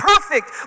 perfect